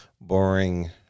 boring